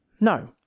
No